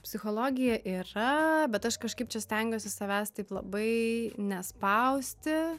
psichologija yra bet aš kažkaip čia stengiuosi savęs taip labai nespausti